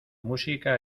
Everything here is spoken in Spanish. música